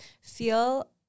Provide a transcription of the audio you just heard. feel